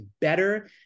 better